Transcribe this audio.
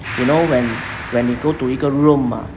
you know when when we go to 一个 room ah